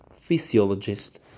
physiologist